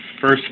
first